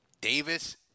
Davis